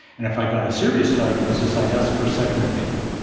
and if i got a serious diagnosis i'd ask for a second opinion.